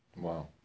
Wow